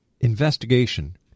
investigation—